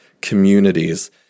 communities